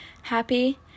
happy